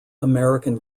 american